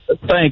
thank